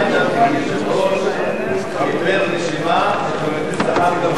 היושב-ראש קיבל רשימה שחבר הכנסת זחאלקה,